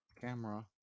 Camera